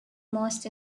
most